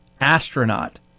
astronaut